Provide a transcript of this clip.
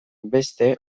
beste